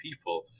people